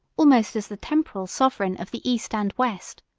almost as the temporal, sovereign of the east and west.